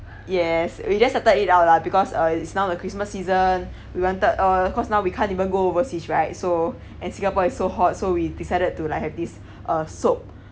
yes we just settled it out lah because uh it's now a christmas season we wanted uh cause now we can't even go overseas right so and singapore is so hot so we decided to like have this uh soap